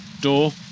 door